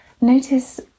notice